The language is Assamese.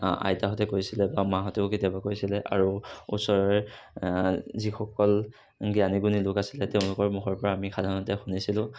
আইতাহঁতে কৈছিল বা মাহঁতেও কেতিয়াবা কৈছিল আৰু ওচৰৰে যিসকল জ্ঞানী গুণী লোক আছিল তেওঁলোকৰ মুখৰ পৰা আমি সাধাৰণতে শুনিছিলোঁ